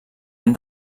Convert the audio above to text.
han